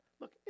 Look